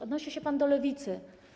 Odnosi się pan do Lewicy.